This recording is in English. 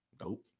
Nope